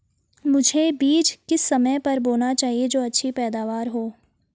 मुझे बीज किस समय पर बोना चाहिए जो अच्छी पैदावार हो?